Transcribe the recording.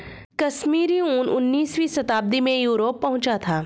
कश्मीरी ऊन उनीसवीं शताब्दी में यूरोप पहुंचा था